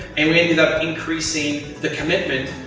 and we ended up increasing the commitment,